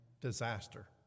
disaster